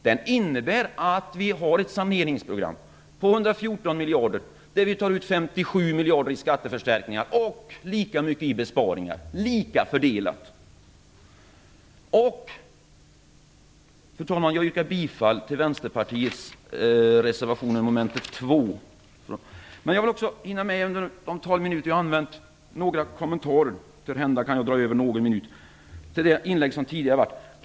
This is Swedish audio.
Den innebär att vi har ett saneringsprogram på 114 miljarder. Vi tar ut 57 miljarder i skatteförstärkningar och lika mycket i besparingar, lika fördelat. Fru talman! Jag yrkar bifall till Vänsterpartiets reservation under mom. 2. Jag vill också hinna med några kommentarer till de inlägg som har varit tidigare. Törhända drar jag över min taletid med någon minut.